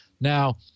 Now